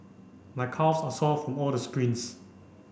my calves are sore from all the sprints